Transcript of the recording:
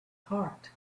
heart